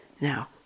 now